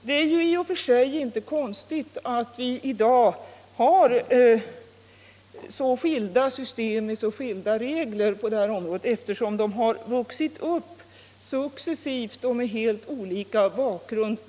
Det är i och för sig inte konstigt att vi i dag har så skilda system med så olika regler på det här området, eftersom systemen från början har vuxit fram successivt och med helt olika bakgrund.